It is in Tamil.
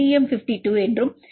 எம் 52 என்றும் டி